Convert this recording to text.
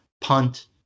punt